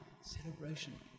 Celebration